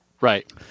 Right